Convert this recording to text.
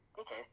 Okay